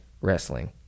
wrestling